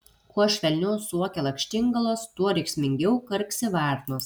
kuo švelniau suokia lakštingalos tuo rėksmingiau karksi varnos